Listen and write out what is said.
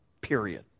period